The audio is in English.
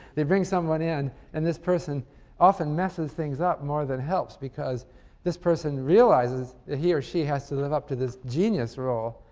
they bring someone in and this person often messes things up more than helps because this person realizes that ah he or she has to live up to this genius role,